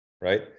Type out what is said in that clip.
right